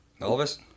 Elvis